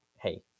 hey